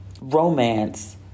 romance